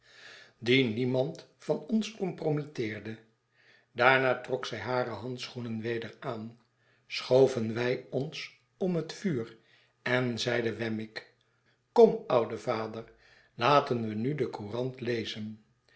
die niemand van ons compromitteerde daarna trok zij hare handschoenen weder aan schoven wij ons om het vuur en zeide wemmick kom oude vader laten we nu de courant lezen